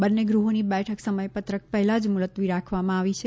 બંને ગૃહોની બેઠક સમયપત્રક પહેલાં જ મુલતવી રાખવામાં આવી છે